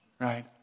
right